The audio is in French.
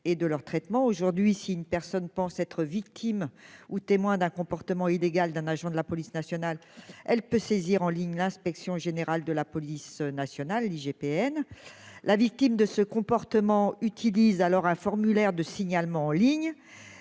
aujourd'hui, si une personne pense être victime ou témoin d'un comportement illégal d'un agent de la police nationale, elle peut saisir en ligne, l'inspection générale de la police nationale IGPN la victime de ce comportement utilise alors un formulaire de signalement en ligne,